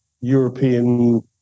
European